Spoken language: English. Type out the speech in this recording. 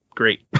Great